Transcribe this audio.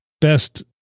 best